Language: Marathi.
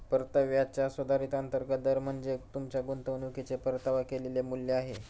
परताव्याचा सुधारित अंतर्गत दर म्हणजे तुमच्या गुंतवणुकीचे परतावा केलेले मूल्य आहे